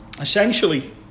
Essentially